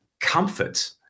comfort